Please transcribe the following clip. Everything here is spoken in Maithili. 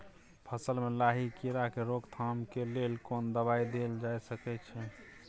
फसल में लाही कीरा के रोकथाम के लेल कोन दवाई देल जा सके छै?